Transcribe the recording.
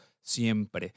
siempre